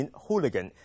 ,Hooligan